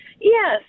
Yes